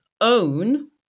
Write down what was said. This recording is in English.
own